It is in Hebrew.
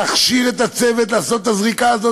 להכשיר את הצוות לעשות את זה הזריקה הזאת,